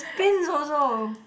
pins also